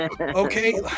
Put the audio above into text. Okay